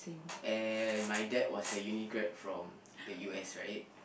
and my dad was a uni grad from the U_S right